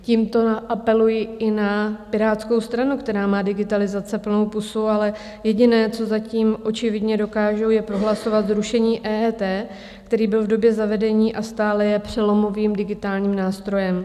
Tímto apeluji i na Pirátskou stranu, která má digitalizace plnou pusu, ale jediné, co zatím očividně dokážou, je prohlasovat zrušení EET, které bylo v době zavedení a stále je přelomovým digitálním nástrojem.